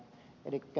eli ed